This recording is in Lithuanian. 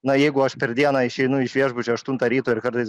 na jeigu aš per dieną išeinu iš viešbučio aštuntą ryto ir kartais